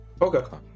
Okay